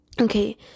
okay